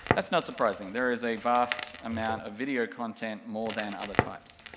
that's not surprising, there is a vast amount of video content more than other types.